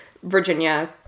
Virginia